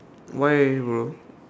why bro